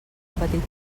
petit